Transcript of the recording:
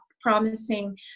promising